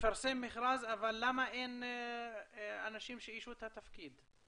לפרסם מכרז, אבל למה אין אנשים שאיישו את התפקיד?